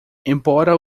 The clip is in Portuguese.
embora